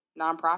nonprofit